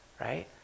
right